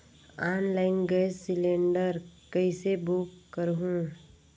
Online gas cylinder कइसे book करहु?